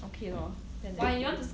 okay lor then never mind